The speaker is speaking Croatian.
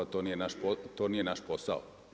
To nije naš posao.